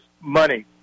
money